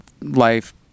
life